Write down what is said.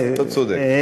אתה צודק.